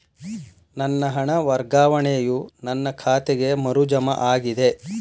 ನನ್ನ ಹಣ ವರ್ಗಾವಣೆಯು ನನ್ನ ಖಾತೆಗೆ ಮರು ಜಮಾ ಆಗಿದೆ